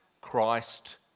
Christ